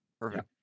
Perfect